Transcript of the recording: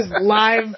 live